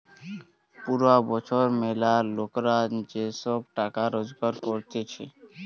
পুরা বছর ম্যালা লোকরা যে সব টাকা রোজগার করতিছে